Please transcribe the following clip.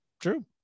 True